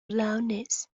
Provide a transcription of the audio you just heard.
loudness